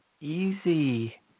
easy